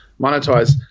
monetize